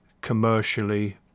commercially